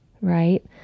right